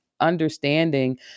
understanding